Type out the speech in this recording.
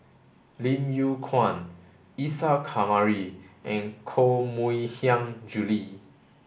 Lim Yew Kuan Isa Kamari and Koh Mui Hiang Julie